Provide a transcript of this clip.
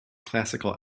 classical